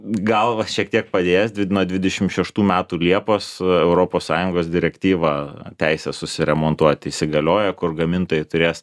gal va šiek tiek padės dvi nuo dvidešimt šeštų metų liepos europos sąjungos direktyva teisė susiremontuoti įsigalioja kur gamintojai turės